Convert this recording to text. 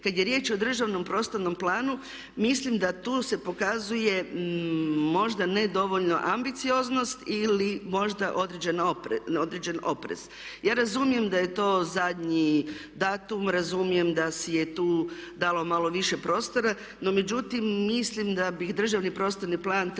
Kada je riječ o državnom prostornom planu mislim da tu se pokazuje možda ne dovoljno ambicioznost ili možda određen oprez. Ja razumijem da je to zadnji datum, razumijem da si je tu dalo malo više prostora. No međutim, mislim da bi državni prostorni plan trebao